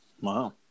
Wow